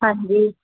ਹਾਂਜੀ